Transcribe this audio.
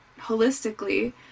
holistically